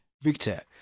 Victor